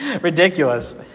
ridiculous